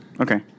okay